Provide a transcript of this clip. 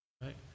right